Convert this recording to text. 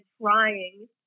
trying